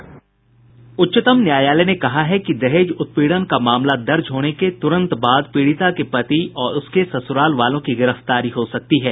उच्चतम न्यायालय ने कहा है कि दहेज उत्पीड़न का मामला दर्ज होने के तुरंत बाद अब पीड़िता के पति और उसके ससुराल वालों की गिरफ्तारी हो सकती है